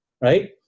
right